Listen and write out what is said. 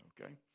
Okay